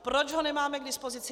Proč ho nemáme k dispozici?